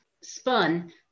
spun